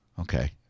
Okay